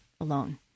alone